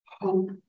hope